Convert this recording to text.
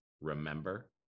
remember